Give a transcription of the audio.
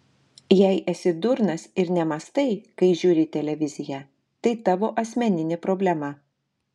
jei esi durnas ir nemąstai kai žiūri televiziją tai tavo asmeninė problema